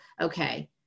okay